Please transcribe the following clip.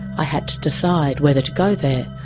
i had to decide whether to go there.